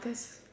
there's